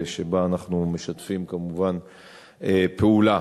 שבה אנחנו משתפים כמובן פעולה.